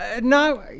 No